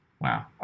Wow